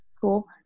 cool